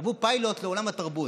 קבעו פיילוט לעולם התרבות.